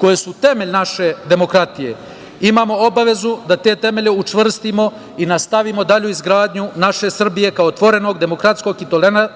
koje su temelj naše demokratije, imamo obavezu da te temelje učvrstimo i nastavimo dalje u izgradnju naše Srbije kao otvorenog demokratskog i